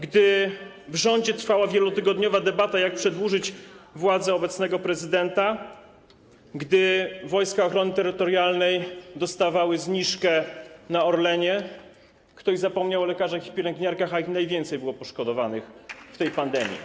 Gdy w rządzie trwała wielotygodniowa debata, jak przedłużyć władzę obecnego prezydenta, gdy Wojska Obrony Terytorialnej dostawały zniżkę na Orlenie, ktoś zapomniał o lekarzach i pielęgniarkach, a ich najwięcej było poszkodowanych w tej pandemii.